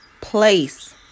place